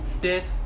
death